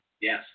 Yes